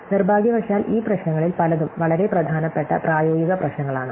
നിർഭാഗ്യവശാൽ ഈ പ്രശ്നങ്ങളിൽ പലതും വളരെ പ്രധാനപ്പെട്ട പ്രായോഗിക പ്രശ്നങ്ങളാണ്